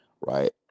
right